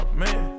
man